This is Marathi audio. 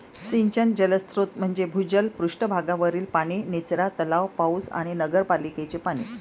सिंचन जलस्रोत म्हणजे भूजल, पृष्ठ भागावरील पाणी, निचरा तलाव, पाऊस आणि नगरपालिकेचे पाणी